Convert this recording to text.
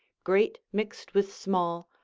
great mixed with small,